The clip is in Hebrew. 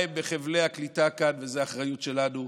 נעזור להם בחבלי הקליטה כאן, וזו אחריות שלנו.